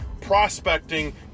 prospecting